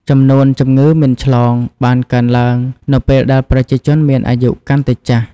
ចំនួនជំងឺមិនឆ្លងបានកើនឡើងនៅពេលដែលប្រជាជនមានអាយុកាន់តែចាស់។